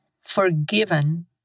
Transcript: forgiven